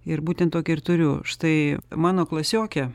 ir būtent tokį ir turiu štai mano klasiokė